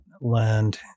land